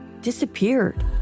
disappeared